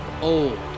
old